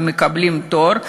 ומקבלים תואר.